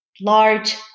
large